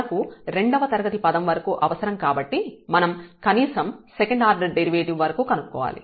మనకు రెండవ తరగతి పదం వరకు అవసరం కాబట్టి మనం కనీసం సెకండ్ ఆర్డర్ డెరివేటివ్ వరకు కనుక్కోవాలి